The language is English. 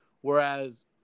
Whereas